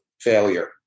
failure